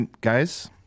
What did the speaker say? guys